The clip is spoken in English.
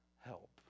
help